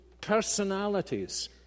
personalities